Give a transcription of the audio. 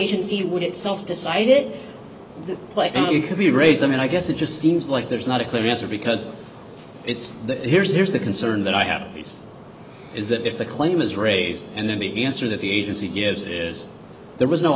agency would itself decide it could be raise them and i guess it just seems like there's not a clear answer because it's here's here's the concern that i have is that if the claim is raised and then the answer that the agency gives is there was no